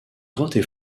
grottes